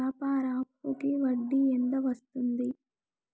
వ్యాపార అప్పుకి వడ్డీ ఎంత వస్తుంది?